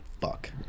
fuck